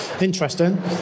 Interesting